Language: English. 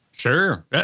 Sure